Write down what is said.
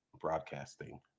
broadcasting